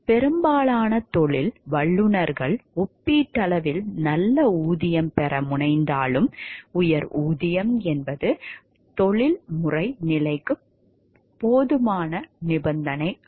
பெரும்பாலான தொழில் வல்லுநர்கள் ஒப்பீட்டளவில் நல்ல ஊதியம் பெற முனைந்தாலும் உயர் ஊதியம் என்பது தொழில்முறை நிலைக்கு போதுமான நிபந்தனை அல்ல